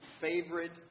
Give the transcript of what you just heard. favorite